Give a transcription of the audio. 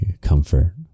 comfort